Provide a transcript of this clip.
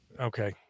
Okay